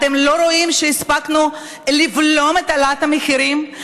אתם לא רואים שהספקנו לבלום את העלאת המחירים?